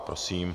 Prosím.